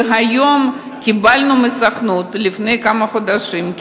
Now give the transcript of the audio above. וקיבלנו מהסוכנות לפני כמה חודשים,